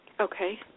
Okay